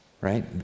Right